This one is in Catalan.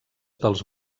dels